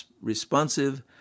responsive